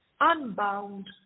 unbound